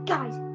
Guys